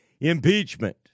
Impeachment